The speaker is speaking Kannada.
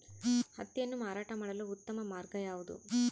ಹತ್ತಿಯನ್ನು ಮಾರಾಟ ಮಾಡಲು ಉತ್ತಮ ಮಾರ್ಗ ಯಾವುದು?